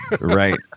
Right